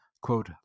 quote